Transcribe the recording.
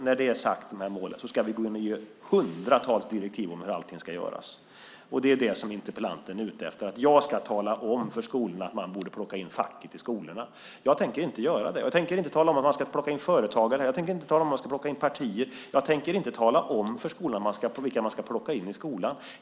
När det så är sagt ska vi gå in och ge hundratals direktiv om hur allting ska göras, och det är det som interpellanten är ute efter: Jag ska tala om för skolorna att man borde plocka in facket i skolorna. Jag tänker inte göra det. Jag tänker inte tala om att man ska plocka in företagare. Jag tänker inte tala om att man ska plocka in partier. Jag tänker inte tala om för skolorna vilka man ska plocka in i skolan.